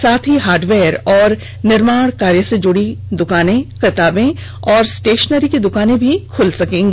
साथ ही हार्डवेयर और निर्माण कार्य से जुड़ी दुकानें किताब और स्टेषनरी की दुकानें भी खुलेंगी